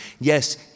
Yes